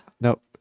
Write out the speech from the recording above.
Nope